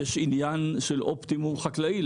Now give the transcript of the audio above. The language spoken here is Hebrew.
ויש עניין של אופטימום חקלאי,